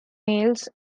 males